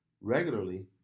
regularly